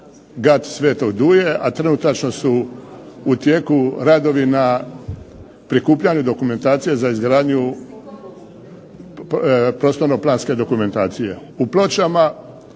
gat Svetog Duje, a trenutačno su u tijeku radovi na prikupljanju dokumentacije za izgradnju prostorno planske dokumentacije.